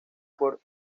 por